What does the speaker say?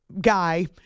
guy